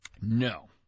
No